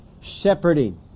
shepherding